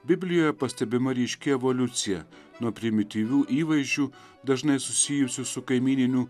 biblijoje pastebima ryški evoliucija nuo primityvių įvaizdžių dažnai susijusių su kaimyninių